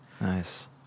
Nice